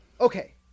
okay